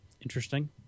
interesting